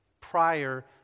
prior